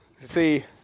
see